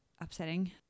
upsetting